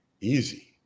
Easy